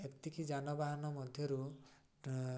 ଏତିକି ଯାନବାହାନ ମଧ୍ୟରୁ